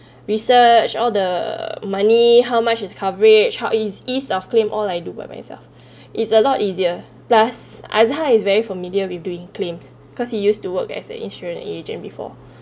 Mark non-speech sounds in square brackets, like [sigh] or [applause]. research all the money how much its coverage how is ease of claim all I do by myself [breath] it's a lot easier plus Azhar is very familiar with doing claims cause he used to work as an insurance agent before [breath]